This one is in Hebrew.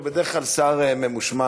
הוא בדרך כלל שר ממושמע.